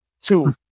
Two